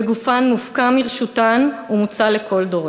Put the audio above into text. וגופם מופקע מרשותם ומוצע לכל דורש.